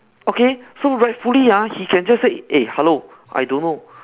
okay so rightfully ah he can just say eh hello I don't know